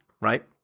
right